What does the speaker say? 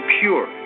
pure